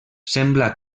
sembla